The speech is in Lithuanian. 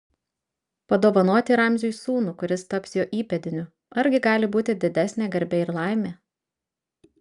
padovanoti ramziui sūnų kuris taps jo įpėdiniu argi gali būti didesnė garbė ir laimė